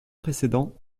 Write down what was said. précédent